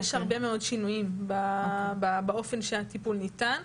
יש הרבה מאוד שינויים באופן שהטיפול ניתן.